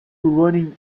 running